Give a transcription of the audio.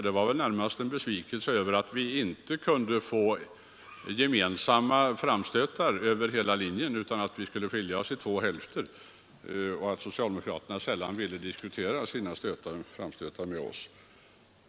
Det var närmast besvikelse över att det inte görs gemensamma framstötar över hela linjen utan att vi blir delade i två hälfter och att socialdemokraterna sällan vill diskutera sina motioner och framstötar med oss.